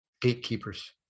gatekeepers